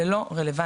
זה לא רלוונטי,